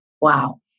Wow